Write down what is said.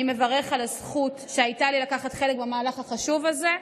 אני מברך על הזכות שהייתה לי לקחת חלק במהלך החשוב הזה.